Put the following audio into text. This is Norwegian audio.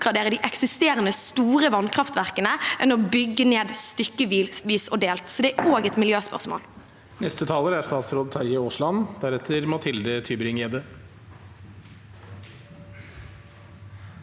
de eksisterende store vannkraftverkene enn å bygge ned stykkevis og delt, så det er også et miljøspørsmål.